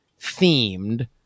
themed